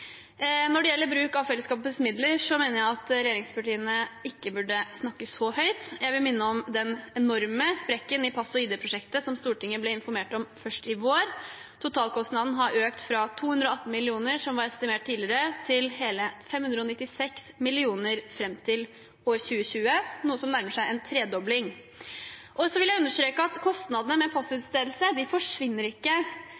Når det gjelder bruk av fellesskapets midler, mener jeg at regjeringspartiene ikke burde snakke så høyt. Jeg vil minne om den enorme sprekken i pass- og ID-prosjektet, som Stortinget ble informert om først i vår. Totalkostnaden har økt fra 218 mill. kr, som tidligere var estimert, til hele 596 mill. kr fram til 2020, noe som nærmer seg en tredobling. Jeg vil understreke at kostnadene med